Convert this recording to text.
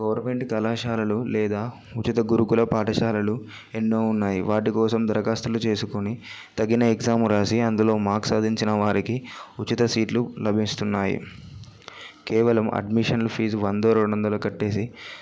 government కళాశాలలు లేదా ఉచిత గురుకుల పాఠశాలలు ఎన్నో ఉన్నాయి వాటి కోసం దరఖాస్తులు చేసుకుని తగిన ఎగ్జాము రాసి అందులో మార్క్స్ సాధించిన వారికి ఉచిత సీట్లు లభిస్తున్నాయి కేవలం అడ్మిషన్ ఫీజు వందో రెండు వందలో కట్టేసి